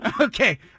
Okay